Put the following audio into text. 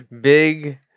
big